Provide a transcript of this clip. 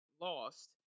lost